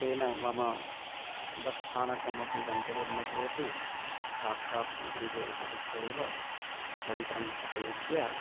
तेन मम बस् स्थानकमपि गन्तव्यं न भवति साक्षात् गृहे उपविश्य एव तन्त्रम् उपयुज्य